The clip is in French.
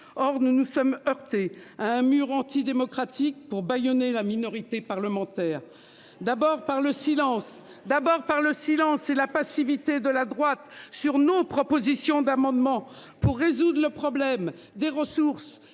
Or nous nous sommes heurtés à un mur anti-démocratique pour bâillonner la minorité parlementaire. D'abord par le silence d'abord par le silence et la passivité de la droite sur nos propositions d'amendement pour résoudre le problème des ressources